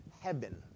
heaven